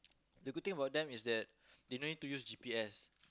the good thing about them is that they no need to use G_P_S